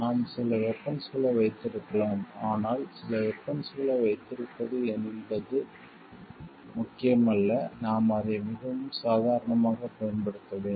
நாம் சில வெபன்ஸ்களை வைத்திருக்கலாம் ஆனால் சில வெபன்ஸ்களை வைத்திருப்பது என்று முக்கியமல்ல நாம் அதை மிகவும் சாதாரணமாக பயன்படுத்த வேண்டும்